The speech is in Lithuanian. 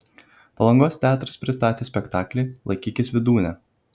palangos teatras pristatė spektaklį laikykis vydūne